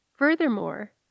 Furthermore